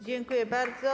Dziękuję bardzo.